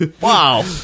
Wow